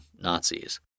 Nazis